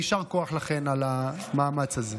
יישר כוח לכן על המאמץ הזה.